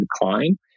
decline